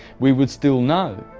we would still know,